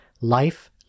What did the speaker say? life